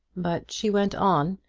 but she went on,